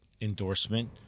endorsement